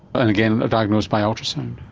and again diagnosed by ultrasound?